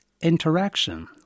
interaction